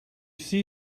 see